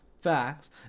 Facts